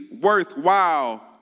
worthwhile